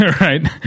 Right